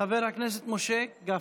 חבר הכנסת משה גפני.